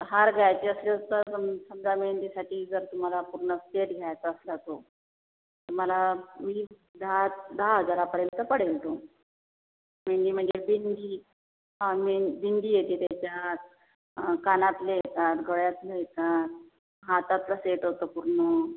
हार घ्यायचे असलेच तर समजा मेहंदीसाठी जर तुम्हाला पूर्ण सेट घ्यायचा असला तो तुम्हाला वीस दहा दहा हजारापर्यंत पडेल तो मेहंदी म्हणजे बिंदी हा में बिंदी येते त्याच्यात कानातले येतात गळ्यातले येतात हाताचा सेट असतो पूर्ण